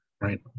right